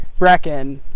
Brecken